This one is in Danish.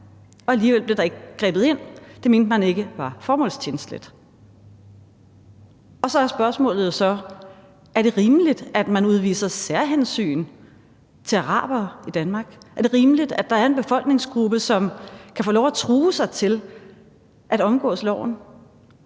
alligevel blev der ikke grebet ind. Det mente man ikke var formålstjenligt. Så er spørgsmålet jo: Er det rimeligt, at man udviser særhensyn over for arabere i Danmark? Er det rimeligt, at der er en befolkningsgruppe, som kan få lov at true sig til at omgå loven?